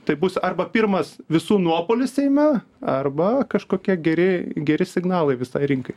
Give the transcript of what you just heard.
tai bus arba pirmas visų nuopuolis seime arba kažkokie geri geri signalai visai rinkai